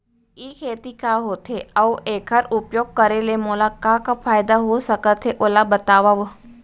ई खेती का होथे, अऊ एखर उपयोग करे ले मोला का का फायदा हो सकत हे ओला बतावव?